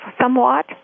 somewhat